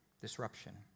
Disruption